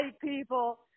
people